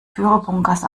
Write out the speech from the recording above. führerbunkers